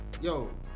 Yo